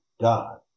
God